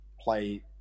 play